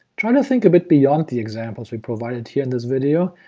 try to think a bit beyond the examples we provided here in this video,